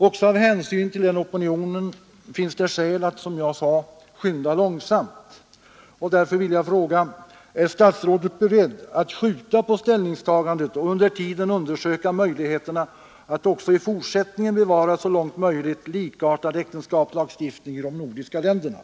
Också av hänsyn till den opinionen finns det skäl att, som jag sade, skynda långsamt, och därför vill jag fråga: Är statsrådet beredd att skjuta på ställningstagandet och under tiden undersöka möjligheterna att också i fortsättningen så långt möjligt bevara en likartad äktenskapslagstiftning i de nordiska länderna?